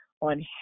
on